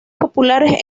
populares